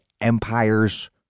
empire's